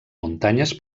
muntanyes